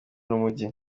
n’umujyi